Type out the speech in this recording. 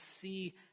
see